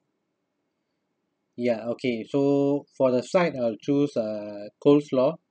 ya okay so for the side I'll choose uh coleslaw